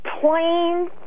plain